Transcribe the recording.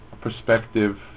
perspective